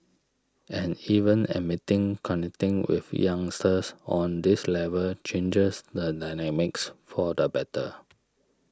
and even admitting connecting with youngsters on this level changes the dynamics for the better